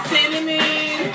Cinnamon